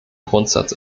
grundsatz